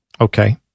Okay